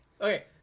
Okay